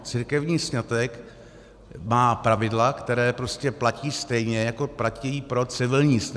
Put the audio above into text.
Církevní sňatek má pravidla, která prostě platí stejně, jako platí pro civilní sňatek.